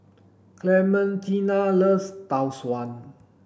Clementina loves Tau Suan